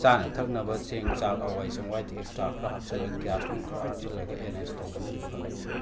ꯆꯥꯅ ꯊꯛꯅꯕ ꯆꯦꯡ ꯆꯥꯛ ꯍꯋꯥꯏ ꯆꯦꯡꯋꯥꯏꯗꯤ ꯑꯦꯛꯁꯇ꯭ꯔꯥ ꯈꯔ ꯍꯥꯞꯆꯤꯜꯂꯒ ꯒ꯭ꯌꯥꯁꯅꯨꯡ ꯈꯔ ꯍꯥꯞꯆꯤꯜꯂꯒ ꯑꯦꯔꯦꯟꯖ ꯇꯧꯕꯅꯗꯤ ꯐꯒꯅꯤ